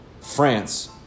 France